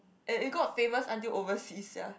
and it got famous until overseas sia